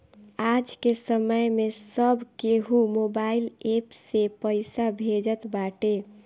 आजके समय में सब केहू मोबाइल एप्प से पईसा भेजत बाटे